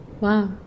Wow